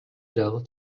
жалгыз